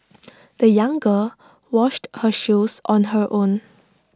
the young girl washed her shoes on her own